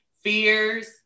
fears